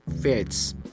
fits